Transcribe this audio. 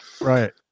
Right